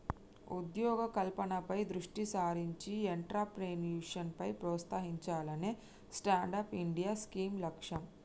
ఉద్యోగ కల్పనపై దృష్టి సారించి ఎంట్రప్రెన్యూర్షిప్ ప్రోత్సహించాలనే స్టాండప్ ఇండియా స్కీమ్ లక్ష్యం